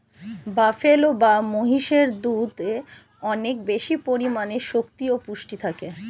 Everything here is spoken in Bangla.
বাফেলো বা মহিষের দুধে অনেক বেশি পরিমাণে শক্তি ও পুষ্টি থাকে